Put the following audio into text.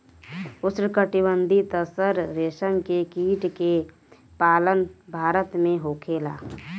उष्णकटिबंधीय तसर रेशम के कीट के पालन भारत में होखेला